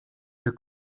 czy